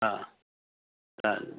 हा हा